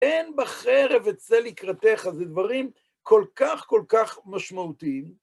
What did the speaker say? הן בחרב אצא לקראתך, זה דברים כל כך כל כך משמעותיים.